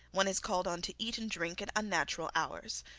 one is called on to eat and drink at unnatural hours.